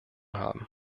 haben